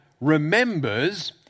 remembers